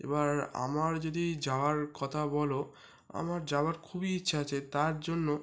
এবার আমার যদি যাওয়ার কথা বল আমার যাওয়ার খুবই ইচ্ছা আছে তার জন্য